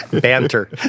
banter